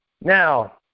Now